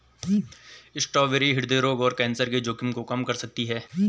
strawberry हृदय रोग और कैंसर के जोखिम को कम कर सकती है